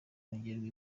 kongererwa